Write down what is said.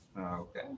Okay